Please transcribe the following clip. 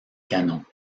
canons